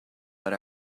but